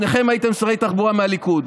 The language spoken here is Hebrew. שניכם הייתם שרי תחבורה מהליכוד,